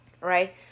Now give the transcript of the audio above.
right